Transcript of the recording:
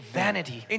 vanity